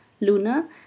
Luna